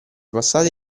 passate